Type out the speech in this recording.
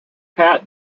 pat